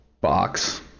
box